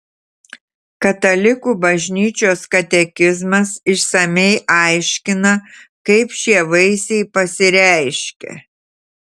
katalikų bažnyčios katekizmas išsamiai aiškina kaip šie vaisiai pasireiškia